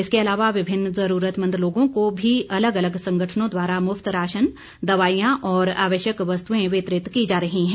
इसके अलावा विभिन्न जुरूरतमंद लोगों को भी अलग अलग संगठनों द्वारा मुफ्त राशन दवाईयां और आवश्यक वस्तुएं वितरित की जा रही हैं